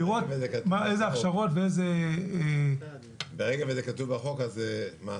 לראות איזה הכשרות ו --- ברגע שזה כתוב בחוק אז מה?